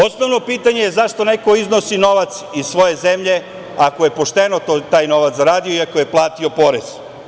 Osnovno je pitanje - zašto neko iznosi novac iz svoje zemlje ako je pošteno taj novac zaradio i ako je platio porez?